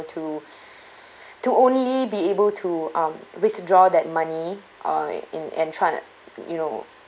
to to only be able to um withdraw that money or in and try to you know